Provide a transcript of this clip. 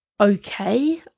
okay